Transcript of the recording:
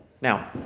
Now